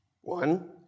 One